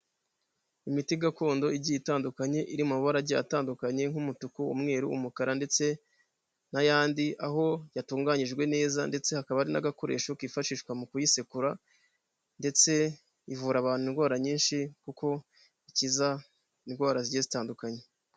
Imiti gakondo igiye itandukanye, iri mu mabara agiye atandukanye nk'umutuku, umweru, umukara, ndetse n'ayandi, aho yatunganyijwe neza ndetse hakaba hari n'agakoresho kifashishwa mu kuyisekura, ndetse ivura abantu indwara nyinshi, kuko ikiza indwara zigiye zitandukanye.